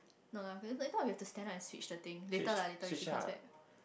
no lah I thought I thought we have to stand up and switch the thing later lah later when she comes back